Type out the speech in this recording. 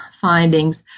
findings